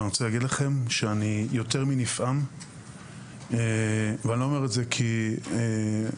אני רוצה להגיד לכם שאני נפעם מפעילות מפקד